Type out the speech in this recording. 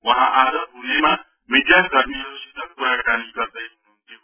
वहाँ आज पुणेमा मिडिया कर्मीहरूसित कुराकानी गर्दै हुनु हुन्थ्यो